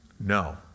No